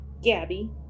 Gabby